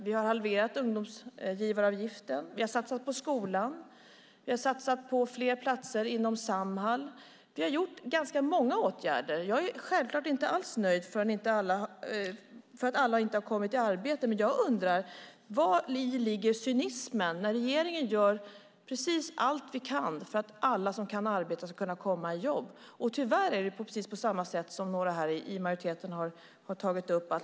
Vi har halverat arbetsgivaravgiften avseende unga. Vi har satsat på skolan och på fler platser inom Samhall. Ja, vi har vidtagit ganska många åtgärder. Självklart är jag inte alls nöjd med att inte alla har kommit i arbete. Men jag undrar vari cynismen ligger när vi i regeringen gör precis allt vi kan för att alla som kan arbeta ska kunna komma i jobb. Tyvärr är det på det sätt som några här i majoriteten har tagit upp.